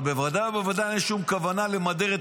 אבל בוודאי ובוודאי אין שום כוונה למדר את